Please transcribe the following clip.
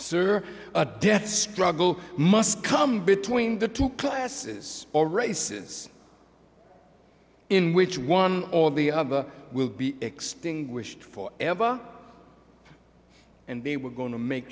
sir a death struggle must come between the two classes all races in which one or the other will be extinguished for ever and they were going to make